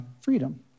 freedom